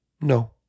No